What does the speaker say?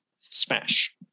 Smash